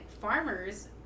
farmers